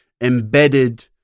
embedded